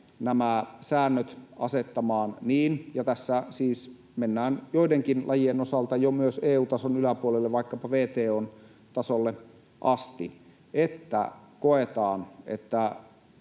nämä säännöt asettamaan niin — ja tässä siis mennään joidenkin lajien osalta jo myös EU-tason yläpuolelle vaikkapa WTO:n tasolle asti — että koetaan, että